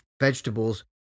vegetables